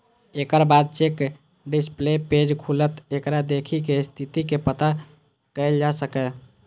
एकर बाद check display page खुलत, जेकरा देखि कें स्थितिक पता कैल जा सकैए